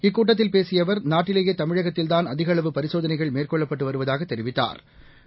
இக்கூட்டத்தில் பேசியஅவர் நாட்டிலேயேதமிழகத்தின்தான் அதிகஅளவு பரிசோதனைகள் மேற்கொள்ளப்பட்டுவருவதாகத் தெரிவித்தாா்